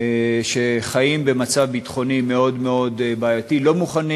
שחיים במצב ביטחוני מאוד מאוד בעייתי, לא מוכנים